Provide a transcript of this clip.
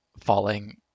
falling